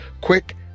quick